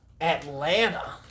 Atlanta